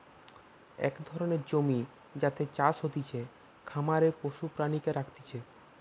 এক ধরণের জমি যাতে চাষ হতিছে, খামারে পশু প্রাণীকে রাখতিছে